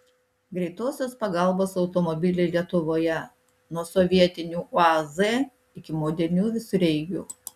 greitosios pagalbos automobiliai lietuvoje nuo sovietinių uaz iki modernių visureigių